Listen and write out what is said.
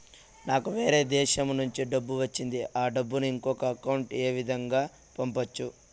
నాకు వేరే దేశము నుంచి డబ్బు వచ్చింది ఆ డబ్బును ఇంకొక అకౌంట్ ఏ విధంగా గ పంపొచ్చా?